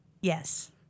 Yes